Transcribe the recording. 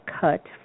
cut